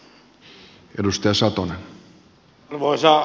arvoisa puhemies